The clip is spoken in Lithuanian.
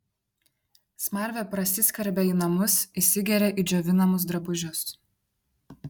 smarvė prasiskverbia į namus įsigeria į džiovinamus drabužius